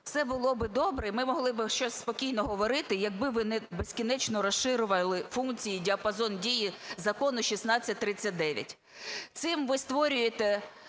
все було би добре, і ми могли би щось спокійно говорити якби ви не безкінечно розширювали функції і діапазон дії Закону 1639. Цим ви створюєте